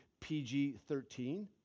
PG-13